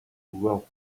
wealth